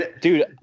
Dude